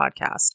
podcast